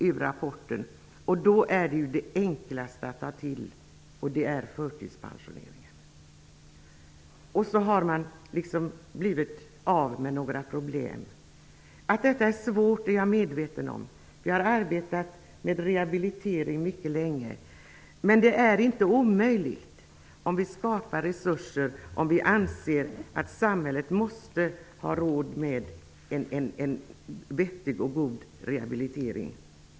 Då är det enklaste att ta till förtidspensioneringen. Och så har man så att säga blivit av med några problem. Att detta är svårt är jag medveten om. Jag har arbetat med rehabilitering mycket länge. Men det är inte omöjligt om vi skapar resurser, om vi säger att samhället måste ha råd med en vettig och god rehabilitering.